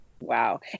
Wow